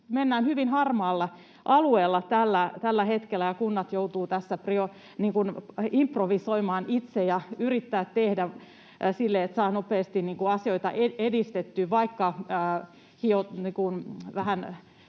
mennään hyvin harmaalla alueella tällä hetkellä, ja kunnat joutuvat tässä improvisoimaan itse ja yrittämään tehdä siten, että saavat nopeasti asioita edistettyä, vaikka